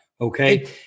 Okay